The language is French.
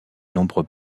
nombreux